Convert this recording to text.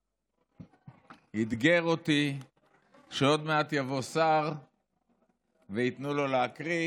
ארבל אתגר אותי שעוד מעט יבוא שר וייתנו לו להקריא